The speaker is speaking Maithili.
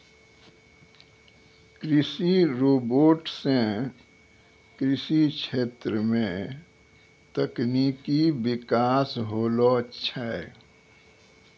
कृषि रोबोट सें कृषि क्षेत्र मे तकनीकी बिकास होलो छै